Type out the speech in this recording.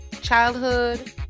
childhood